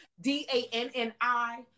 D-A-N-N-I